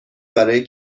برای